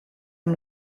amb